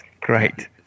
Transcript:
great